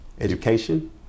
education